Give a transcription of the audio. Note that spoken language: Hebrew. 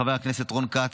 חבר הכנסת רון כץ,